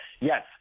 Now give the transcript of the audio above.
yes